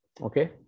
Okay